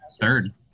Third